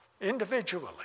Individually